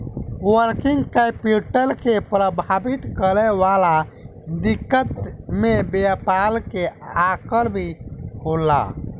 working capital के प्रभावित करे वाला दिकत में व्यापार के आकर भी होला